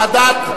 ועדת,